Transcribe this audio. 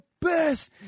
best